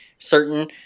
certain